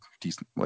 decent